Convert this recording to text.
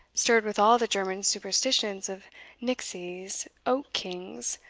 stirred with all the german superstitions of nixies, oak-kings,